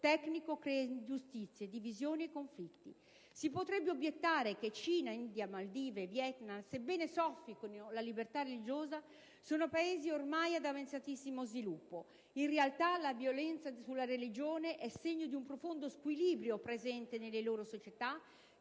tecnico crea ingiustizie, divisioni e conflitti. Si potrebbe obiettare che Cina, India, Maldive, Vietnam, sebbene soffochino la libertà religiosa, sono Paesi ormai ad avanzatissimo sviluppo. In realtà, la violenza sulle religioni è segno di un profondo squilibrio presente nelle loro società,